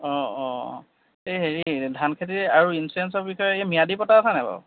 অঁ অঁ এই হেৰি ধানখেতিৰ আৰু ইঞ্চুৰেঞ্চৰ বিষয়ে এই ম্যাদী পট্টা আছেনে নাই বাৰু